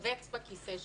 להתכווץ בכיסא שלו,